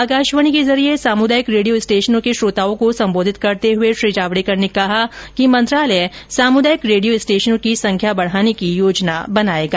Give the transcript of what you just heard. आकाशवाणी के जरिये सामुदायिक रेडियो स्टेशनों के श्रोताओं को संबोधित करते हुए श्री जावड़ेकर ने कहा कि मंत्रालय सामुदायिक रेडियो स्टेशनों की संख्या बढ़ाने की योजना बनायेगा